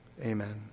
amen